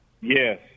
Yes